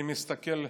אני מסתכל,